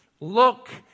look